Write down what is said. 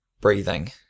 breathing